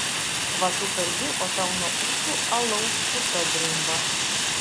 va tu kalbi o tau nuo ūsų alaus puta drimba